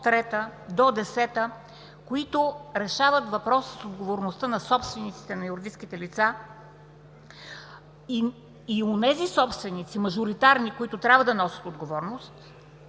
от трета до десета, които решават въпроса с отговорността на собствениците, на юридическите лица и онези собственици – мажоритарни, които трябва да носят отговорност,